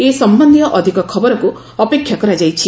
ଏ ସମ୍ୟନ୍ଧୀୟ ଅଧିକ ଖବରକ୍ତ ଅପେକ୍ଷା କରାଯାଇଛି